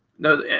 know